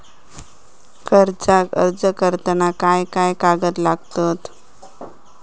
कर्जाक अर्ज करताना काय काय कागद लागतत?